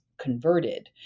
converted